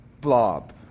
blob